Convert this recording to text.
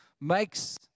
makes